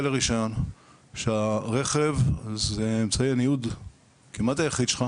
לרישיון כשהרכב זה אמצעי הניוד כמעט היחיד שלך